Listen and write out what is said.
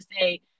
say